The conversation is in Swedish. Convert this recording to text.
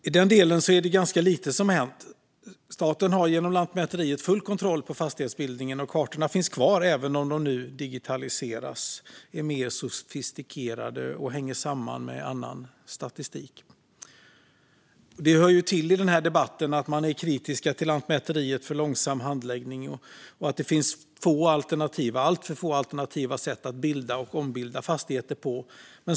I den delen är det ganska lite som har hänt. Staten har genom Lantmäteriet full kontroll på fastighetsbildningen, och kartorna finns kvar även om de nu digitaliserats, är mer sofistikerade och hänger samman med annan statistik. Det hör till i den här debatten att man är kritisk till Lantmäteriet för dess långsamma handläggning och för att det finns alltför få alternativa sätt att bilda och ombilda fastigheter.